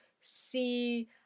see